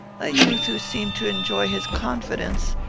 a youth who seemed to enjoy his confidence,